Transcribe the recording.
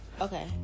okay